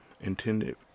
intended